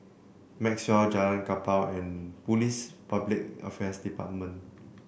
Maxwell Jalan Kapal and Police Public Affairs Department